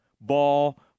ball